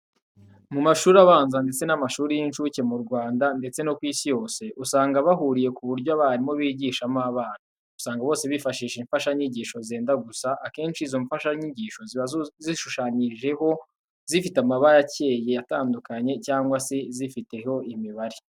Mu mashuri abanza ndetse n'amashuri y'incuke mu Rwanda ndetse no ku isi yose, usanga bahuriye ku buryo abarimu bigishamo abana. Usanga bose bifashisha imfashanyigisho zenda gusa, akenshi izo mfashanyigisho ziba zishushanyijeho, zifite amabara akeye atandukanye, cyangwa se zifiteho imibare.